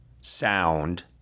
sound